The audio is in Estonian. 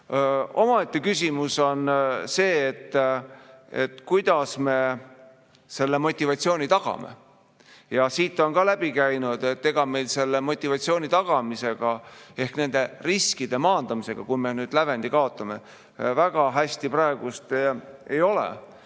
Omaette küsimus on see, kuidas me selle motivatsiooni tagame. Siit on läbi käinud, et ega meil selle motivatsiooni tagamisega ehk nende riskide maandamisega, kui me lävendi kaotame, väga hästi praegu ei ole.